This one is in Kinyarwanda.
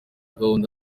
gahunda